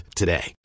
today